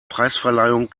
preisverleihung